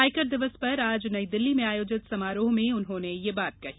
आयकर दिवस पर आज नई दिल्ली में आयोजित समारोह में उन्होंने यह बात कही